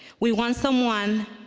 we want someone